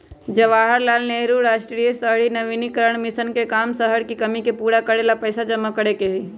जवाहर लाल नेहरू राष्ट्रीय शहरी नवीकरण मिशन के काम शहर के कमी के पूरा करे ला पैसा जमा करे के हई